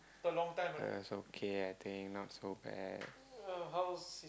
it was okay I think not so bad